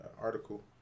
article